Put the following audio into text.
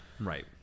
Right